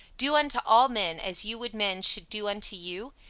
do unto all men as you would men should do unto you?